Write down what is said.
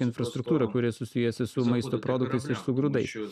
infrastruktūrą kuri susijusi su maisto produktais iš su grūdais